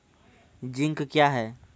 Zinc क्या हैं?